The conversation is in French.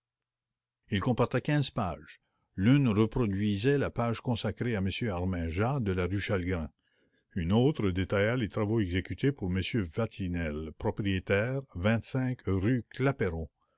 il comportait quinze pages l'une reproduisait la page consacrée à m harmingeat de la rue chalgrin une autre détaillait les travaux exécutes pour m vatinel propriétaire rue